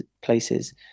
places